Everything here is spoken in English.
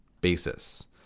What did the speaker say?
basis